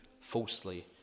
falsely